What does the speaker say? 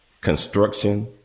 construction